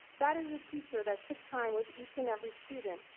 that is a teacher that took time with each and every student,